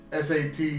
SAT